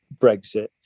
Brexit